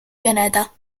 pianeta